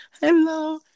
Hello